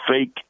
fake